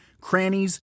crannies